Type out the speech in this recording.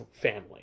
family